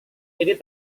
ini